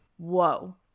whoa